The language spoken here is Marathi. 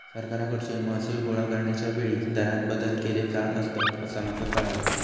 सरकारकडसून महसूल गोळा करण्याच्या वेळी दरांत बदल केले जात असतंत, असा माका कळाला